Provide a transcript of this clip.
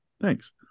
Thanks